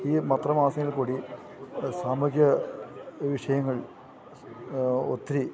ഈ പത്ര മാസികകളില്ക്കൂടി സാമൂഹ്യ വിഷയങ്ങൾ ഒത്തിരി